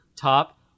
top